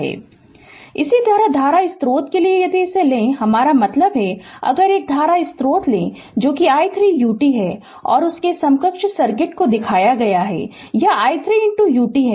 Refer Slide Time 0103 इसी तरह धारा स्रोत के लिए यदि इसे ले हमारा मतलब है कि अगर एक धारा स्रोत लें जो कि i 3 ut और उसके समकक्ष सर्किट को दिखाया गया है यह i 3 ut है